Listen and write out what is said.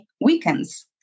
weekends